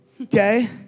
okay